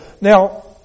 Now